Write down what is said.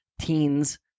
teens